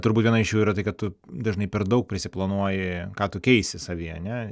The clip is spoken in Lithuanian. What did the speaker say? turbūt viena iš jų yra tai kad tu dažnai per daug prisiplanuoji ką tu keisi savyje ane